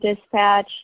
dispatch